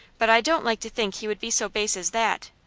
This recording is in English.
but i don't like to think he would be so base as that.